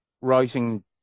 writing